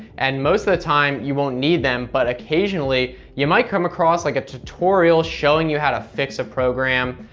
and most of the time you won't need them, but occasionally you might come across like a tutorial showing you how to fix a program,